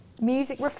music